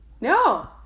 no